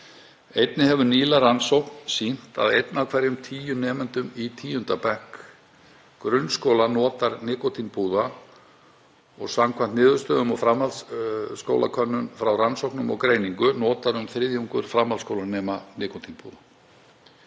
Einnig hefur nýleg rannsókn sýnt að einn af hverjum tíu nemendum í 10. bekk grunnskóla notar nikótínpúða og samkvæmt niðurstöðum úr framhaldsskólakönnun frá Rannsóknum og greiningu notar um þriðjungur framhaldsskólanema nikótínpúða.